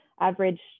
average